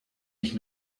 ich